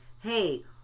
hey